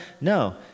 No